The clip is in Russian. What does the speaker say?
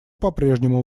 попрежнему